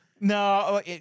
No